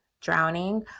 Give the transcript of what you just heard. drowning